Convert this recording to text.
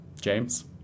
James